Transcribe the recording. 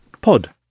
pod